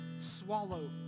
swallow